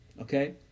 okay